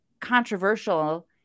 controversial